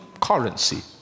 currency